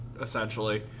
essentially